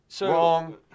wrong